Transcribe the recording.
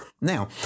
Now